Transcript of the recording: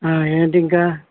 ఏమిటి ఇంకా